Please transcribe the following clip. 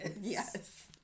Yes